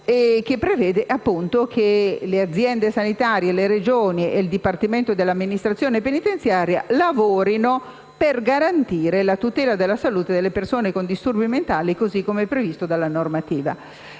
che prevede, appunto, che le aziende sanitarie, le Regioni e il dipartimento dell'amministrazione penitenziaria lavorino per garantire la tutela della salute delle persone con disturbi mentali, così come previsto dalla normativa.